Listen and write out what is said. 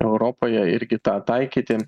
europoje irgi tą taikyti